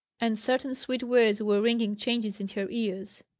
and certain sweet words were ringing changes in her ears.